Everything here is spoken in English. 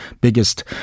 biggest